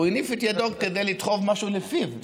הוא הניף את ידו כדי לדחוף משהו לפיו,